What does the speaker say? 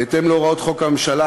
בהתאם להוראות חוק הממשלה,